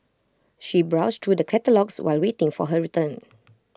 she browsed through the catalogues while waiting for her return